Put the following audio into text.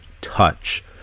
touch